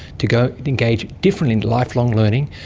to go and engage differently in lifelong learning,